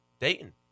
Dayton